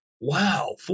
Wow